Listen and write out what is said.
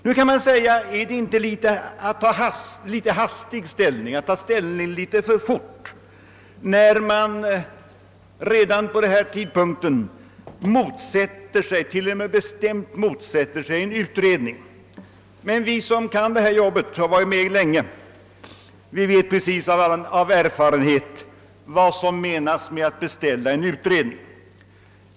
Det kan synas vara att ta ställning litet för hastigt, att man redan vid denna tidpunkt bestämt motsätter sig t.o.m. en utredning. Men vi som varit med länge i det här jobbet vet av erfarenhet vad som menas med att beställa en utredning.